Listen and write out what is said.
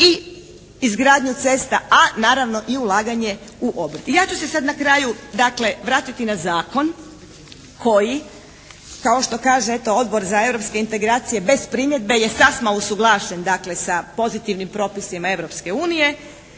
i izgradnju cesta, a naravno i ulaganje u obrt. I ja ću se sad na kraju dakle vratiti na zakon koji kao što kaže eto Odbor za europske integracije bez primjedbe je sasma usuglašen dakle sa pozitivnim propisima